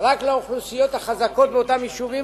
רק לאוכלוסיות החזקות באותם יישובים,